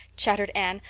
chattered anne,